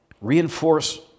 Reinforce